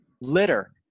litter